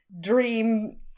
Dream